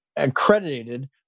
accredited